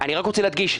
אני רק רוצה להדגיש.